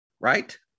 right